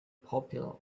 popular